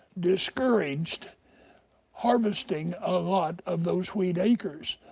discouraged harvesting a lot of those wheat acres.